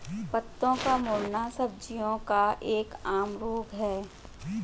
पत्तों का मुड़ना सब्जियों का एक आम रोग है